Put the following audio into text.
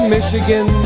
Michigan